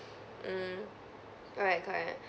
mm correct correct